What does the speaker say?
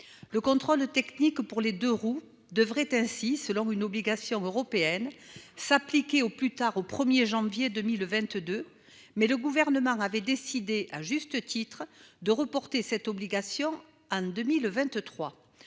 Le contrôle technique pour les deux-roues devrait ainsi selon une obligation européenne s'appliquer au plus tard au 1er janvier 2022 mais le gouvernement avait décidé, à juste titre de reporter cette obligation Anne 2023.